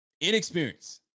Inexperience